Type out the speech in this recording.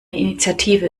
initiative